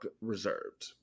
reserved